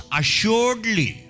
assuredly